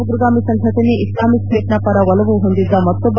ನಿಷೇಧಿತ ಉಗ್ರಗಾಮಿ ಸಂಘಟನೆ ಇಸ್ತಾಮಿಕ್ ಸ್ಪೇಟ್ನ ಪರ ಒಲವು ಹೊಂದಿದ್ದ ಮತ್ತೊಬ್ಬ